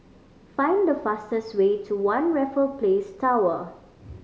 find the fastest way to One Raffle Place Tower